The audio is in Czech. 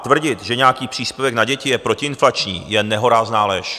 Tvrdit, že nějaký příspěvek na děti je protiinflační, je nehorázná lež.